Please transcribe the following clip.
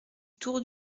tour